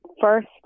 first